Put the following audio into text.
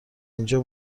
اینجا